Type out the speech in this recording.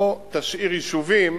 לא תשאיר יישובים